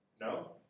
No